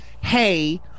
hey